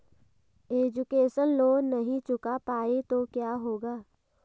Education loan नहीं चुका पाए तो क्या होगा?